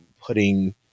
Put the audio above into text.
putting